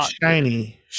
shiny